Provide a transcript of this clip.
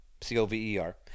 c-o-v-e-r